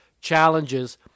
challenges